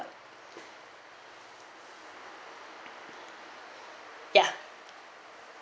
ya